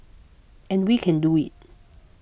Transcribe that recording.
and we can do it